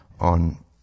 on